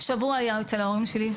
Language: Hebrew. שבוע הוא היה אצל ההורים שלי,